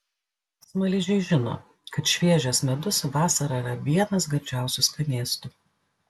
smaližiai žino kad šviežias medus vasarą yra vienas gardžiausių skanėstų